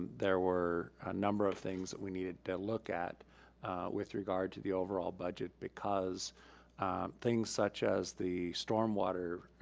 there were a number of things that we needed to look at with regard to the overall budget because things such as the stormwater